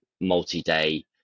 multi-day